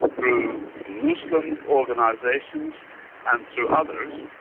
through muslim organisations and through others,